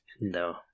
No